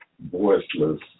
voiceless